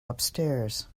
upstairs